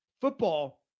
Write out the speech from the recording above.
football